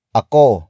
ako